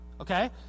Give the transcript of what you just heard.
okay